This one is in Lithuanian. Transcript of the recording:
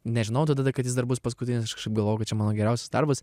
nežinojau tada kad jis dar bus paskutinisaš kažkaip galvojau kad čia mano geriausias darbas